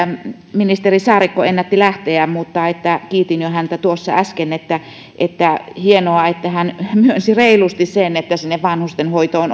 ministeri saarikko ennätti lähteä mutta kiitin jo häntä tuossa äsken että että on hienoa että hän myönsi reilusti sen että vanhustenhoitoon